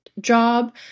job